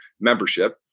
membership